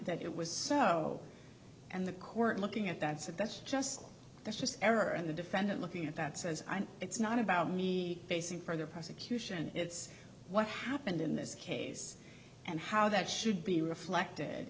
that it was so and the court looking at that said that's just that's just error and the defendant looking at that says i'm it's not about me basing for the prosecution it's what happened in this case and how that should be reflected